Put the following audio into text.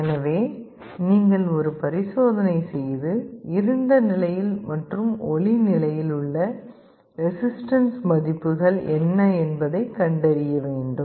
எனவே நீங்கள் ஒரு பரிசோதனை செய்து இருண்ட நிலையில் மற்றும் ஒளி நிலையில் உள்ள ரெசிஸ்டன்ஸ் மதிப்புகள் என்ன என்பதைக் கண்டறிய வேண்டும்